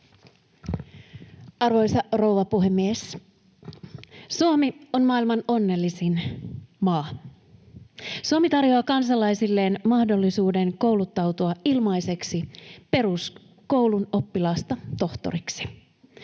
Arvoisa rouva puhemies! Suomi on maailman onnellisin maa. Suomi tarjoaa kansalaisilleen mahdollisuuden kouluttautua ilmaiseksi peruskoulun oppilaasta tohtoriksi.